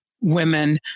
women